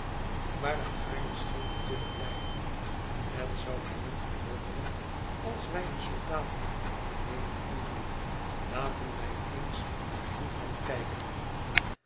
waar het gaarne scheen te willen blijven het zou mij niet verwonderen als wij een soldaat van koek beneden vonden laten wij eens naar hem gaan kijken